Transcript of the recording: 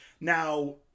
Now